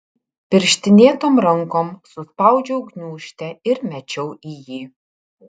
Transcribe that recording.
pirštinėtom rankom suspaudžiau gniūžtę ir mečiau į jį